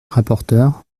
rapporteure